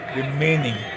remaining